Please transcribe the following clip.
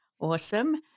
Awesome